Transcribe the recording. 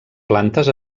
plantes